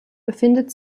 befindet